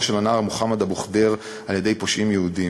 של הנער מוחמד אבו ח'דיר על-ידי פושעים יהודים.